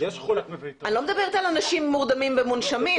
אני לא מדברת על אנשים מורדמים ומונשמים.